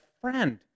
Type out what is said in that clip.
friend